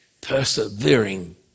persevering